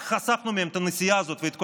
רק חסכנו מהם את הנסיעה הזאת ואת כל